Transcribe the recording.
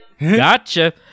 gotcha